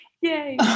yay